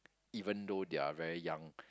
even though they are very young